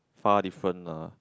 far different lah